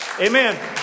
Amen